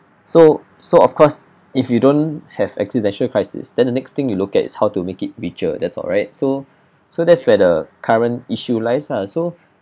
so so of course if you don't have existential crisis then the next thing you look at is how to make it richer that's all right so so that's where the current issue lies lah so